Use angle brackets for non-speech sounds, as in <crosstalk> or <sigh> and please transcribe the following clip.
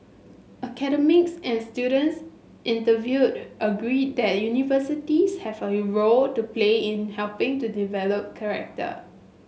academics and students interviewed agreed that universities have a <unintelligible> role to play in helping to develop character